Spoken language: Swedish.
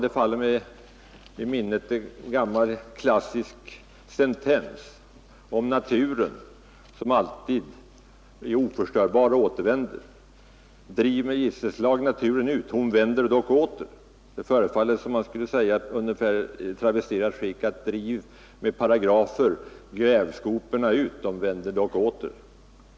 Det faller mig i minnet en gammal klassisk sentens om naturen som är oförstörbar och alltid återvänder: Driv med gisselslag naturen ut, hon vänder dock åter. Det förefaller som om man skulle kunna travestera denna sentens så här: Driv med paragrafer grävskoporna ut, de vänder dock åter.